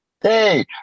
Hey